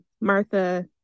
Martha